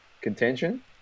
contention